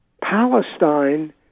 Palestine